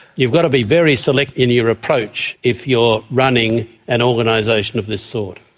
you've got to be very select in your approach if you're running an organisation of this sort.